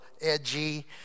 edgy